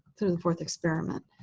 to the fourth experiment,